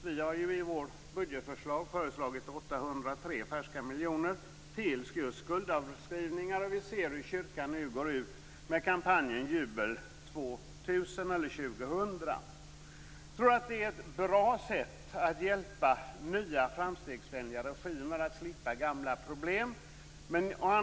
Vi har i vår budget föreslagit 803 färska miljoner till just skuldavskrivningar. Vi ser hur kyrkan nu går ut med kampanjen Jubel 2000. Jag tror att det är ett bra sätt att hjälpa nya framstegsvänliga regimer att slippa gamla problem.